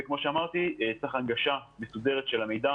וכמו שכבר אמרתי, צריך הנגשה מסודרת של המידע